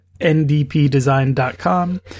ndpdesign.com